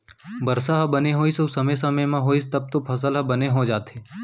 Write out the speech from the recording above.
बरसा ह बने होइस अउ समे समे म होइस तब तो फसल ह बने हो जाथे